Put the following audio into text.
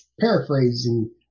paraphrasing